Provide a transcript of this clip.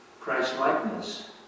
Christ-likeness